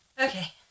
Okay